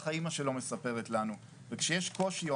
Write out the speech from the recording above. ככה אימא שלו מספרת לנו וכשיש קושי או